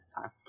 time